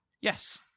Yes